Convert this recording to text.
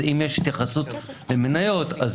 אם יש התייחסות למניות.